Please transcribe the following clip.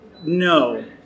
no